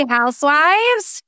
Housewives